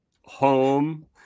home